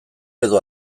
edo